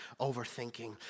overthinking